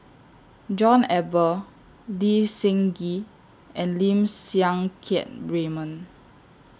John Eber Lee Seng Gee and Lim Siang Keat Raymond